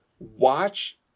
watch